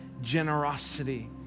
generosity